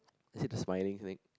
is it the smiling snake